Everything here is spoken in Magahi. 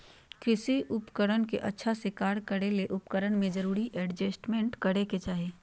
कृषि उपकरण के अच्छा से कार्य करै ले उपकरण में जरूरी एडजस्टमेंट करै के चाही